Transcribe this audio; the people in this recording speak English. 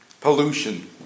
pollution